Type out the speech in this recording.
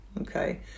okay